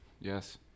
yes